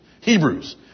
Hebrews